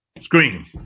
screen